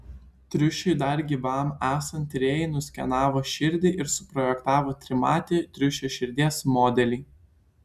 triušiui dar gyvam esant tyrėjai nuskenavo širdį ir suprojektavo trimatį triušio širdies modelį